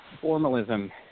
formalism